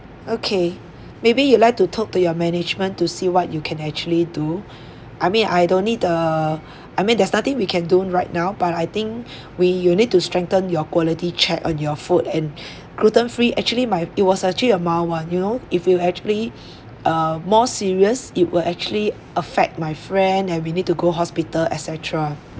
okay maybe you like to talk to your management to see what you can actually do I mean I don't need the I mean there's nothing we can do right now but I think we you need to strengthen your quality check on your food and gluten free actually my it was actually a mild one you know if you actually uh more serious it will actually affect my friend and we need to go hospital et cetera